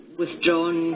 withdrawn